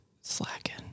slacking